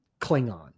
Klingon